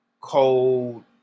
cold